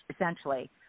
essentially